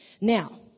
Now